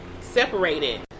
separated